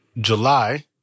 July